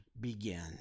began